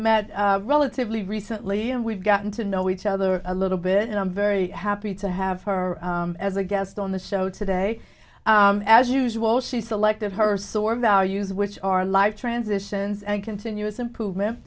met relatively recently and we've gotten to know each other a little bit and i'm very happy to have her as a guest on the show today as usual she selected her sort of values which are life transitions and continuous improvement